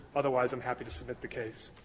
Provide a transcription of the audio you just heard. otherwise, i'm happy to submit the case.